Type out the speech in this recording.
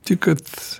tik kad